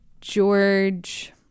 George